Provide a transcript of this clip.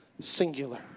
Singular